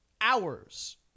hours